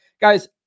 Guys